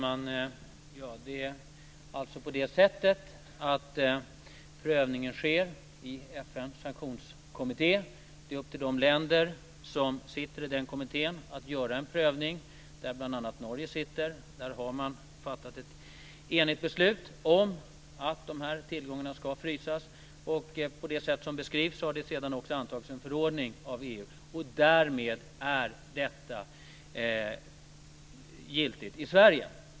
Fru talman! Prövningen sker alltså i FN:s sanktionskommitté. Det är upp till de länder som sitter i den kommittén - bl.a. Norge - att göra en prövning. Man har fattat ett enigt beslut om att de här tillgångarna ska frysas. På det sätt som beskrivs har det sedan också antagits en förordning av EU. Därmed är detta giltigt i Sverige.